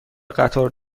قطار